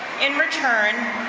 in return,